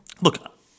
Look